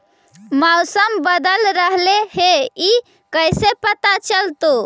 मौसम बदल रहले हे इ कैसे पता चलतै?